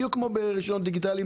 בדיוק כמו ברישיון דיגיטלי,